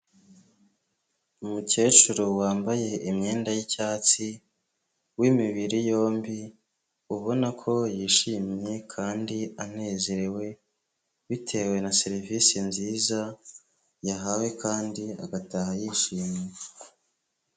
Umukecuru wambaye imyenda y'icyatsi, w'imibiri yombi, ubona ko yishimye kandi anezerewe, bitewe na serivisi nziza yahawe kandi agataha yishimye.